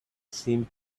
seemed